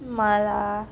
mala